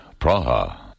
Praha